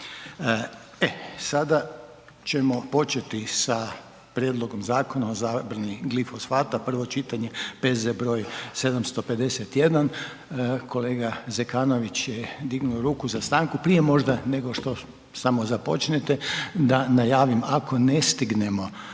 E, sada ćemo početi sa: - Prijedlogom Zakona o zabrani glifosata, prvo čitanje, P.Z. broj 751 Kolega Zekanović je dignuo ruku za stanku prije možda nego što samo započnete da najavim, ako ne stignemo